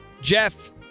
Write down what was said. Jeff